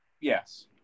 Yes